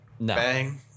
bang